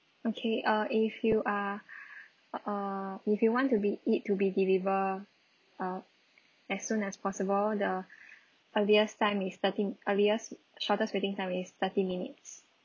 okay uh if you uh err if you want to be it to be deliver out as soon as possible the earliest time is thirty earliest shortest waiting time is thirty minutes